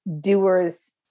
doers